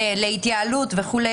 להתייעלות וכו',